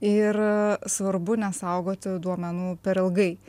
ir svarbu nesaugoti duomenų per ilgai